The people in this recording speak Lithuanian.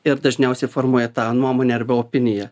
ir dažniausiai formuoja tą nuomonę arba opiniją